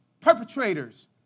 perpetrators